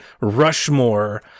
rushmore